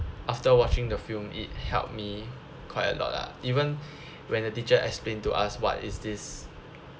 after watching the film it helped me quite a lot lah even when the teacher explain to us what is this